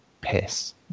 piss